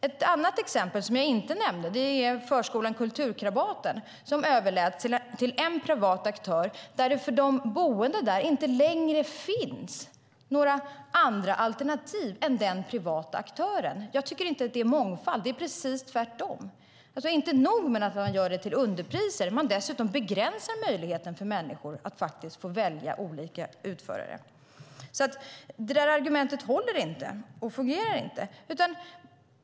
Ett annat exempel som jag inte nämnde är förskolan Kulturkrabaten som överläts till en privat aktör, och nu finns det för de boende inte längre några andra alternativ än den privata aktören. Jag tycker inte att det är mångfald utan precis tvärtom. Inte nog med att man gör det här till underpriser - man begränsar dessutom möjligheten för människor att faktiskt få välja olika utförare. Det där argumentet håller alltså inte.